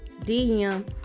DM